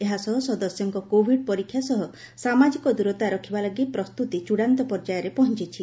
ଏହା ସହ ସଦସ୍ୟଙ୍କ କୋଭିଡ୍ ପରୀକ୍ଷା ସହ ସାମାଜିକ ଦୂରତା ରଖିବା ଲାଗି ପ୍ରସ୍ତୁତି ଚୂଡ଼ାନ୍ତ ପର୍ଯ୍ୟାୟରେ ପହଞ୍ଚିଛି